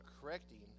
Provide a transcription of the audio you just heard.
correcting